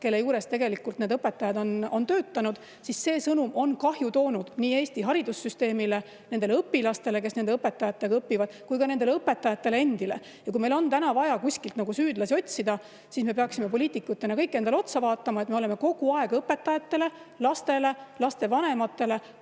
kelle juures need õpetajad on töötanud. See sõnum on kahju toonud nii Eesti haridussüsteemile, nendele õpilastele, kes nende õpetajate [käe all] õpivad, kui ka nendele õpetajatele endile. Kui meil on vaja süüdlasi otsida, siis me peaksime poliitikutena kõik endale otsa vaatama, sest me oleme kogu aeg õpetajatele, lastele ja lastevanematele